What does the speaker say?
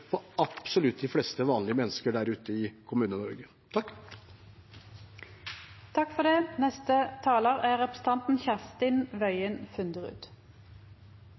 absolutt de fleste vanlige mennesker der ute i Kommune-Norge. Representanten Kapur bekymrer seg for